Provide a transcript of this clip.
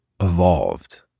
evolved